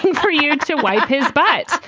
for you to wipe his butt.